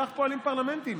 כך פועלים פרלמנטים.